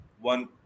one